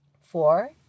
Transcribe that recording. Four